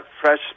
fresh